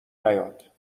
نیاد